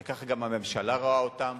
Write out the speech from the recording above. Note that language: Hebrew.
וכך גם הממשלה רואה אותם.